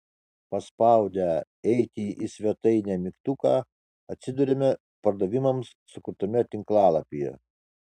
paspaudę eiti į svetainę mygtuką atsiduriame pardavimams sukurtame tinklalapyje